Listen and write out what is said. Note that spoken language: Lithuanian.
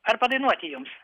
ar padainuoti jums